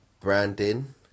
branding